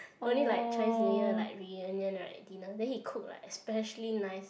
only like Chinese New Year like reunion right dinners then he cook like especially nice